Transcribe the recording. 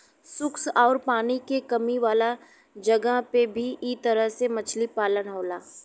शुष्क आउर पानी के कमी वाला जगह पे भी इ तरह से मछली पालन होला